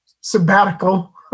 sabbatical